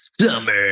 summer